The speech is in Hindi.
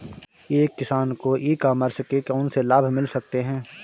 एक किसान को ई कॉमर्स के कौनसे लाभ मिल सकते हैं?